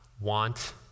want